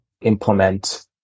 implement